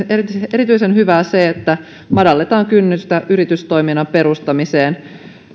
erityisen hyvää se että madalletaan kynnystä yritystoiminnan perustamiseen